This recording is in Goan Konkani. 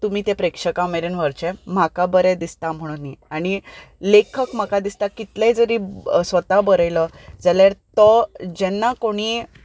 तुमी तें प्रेक्षकां मेरेन व्हरचें म्हाका बरें दिसता म्हणून न्ही लेखक म्हाका दिसता कितलेंय जरी स्वता बरयलो जाल्यार तो जेन्ना कोणी